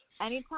Anytime